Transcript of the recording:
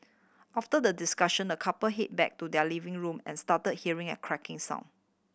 after the discussion the couple head back to their living room and start hearing a cracking sound